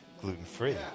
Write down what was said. gluten-free